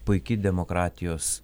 puiki demokratijos